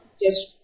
yes